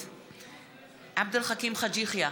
נגד עבד אל חכים חאג' יחיא,